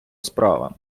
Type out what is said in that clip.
справа